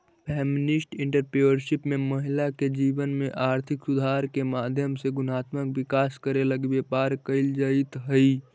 feminist entrepreneurship में महिला के जीवन में आर्थिक सुधार के माध्यम से गुणात्मक विकास करे लगी व्यापार कईल जईत हई